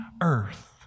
earth